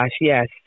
Yes